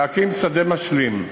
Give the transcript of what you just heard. להקים שדה משלים.